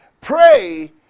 pray